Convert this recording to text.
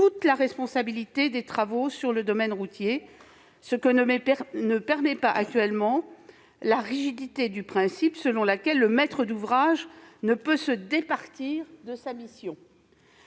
la responsabilité des travaux sur le domaine routier, ce que ne permet pas actuellement la rigidité du principe selon lequel le maître d'ouvrage ne peut se départir de sa mission.